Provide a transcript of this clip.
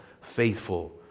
faithful